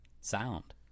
sound